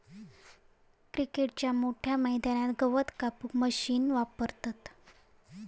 क्रिकेटच्या मोठ्या मैदानात गवत कापूक मशीन वापरतत